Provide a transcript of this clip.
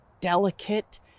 delicate